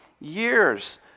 years